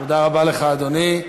תודה רבה לך, אדוני.